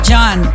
John